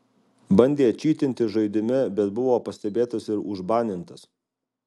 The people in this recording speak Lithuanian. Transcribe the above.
bandė čytinti žaidime bet buvo pastebėtas ir užbanintas